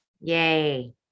yay